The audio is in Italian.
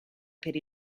per